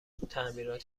تعمیرات